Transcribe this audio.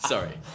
Sorry